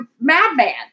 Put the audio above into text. madman